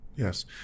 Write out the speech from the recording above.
Yes